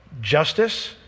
justice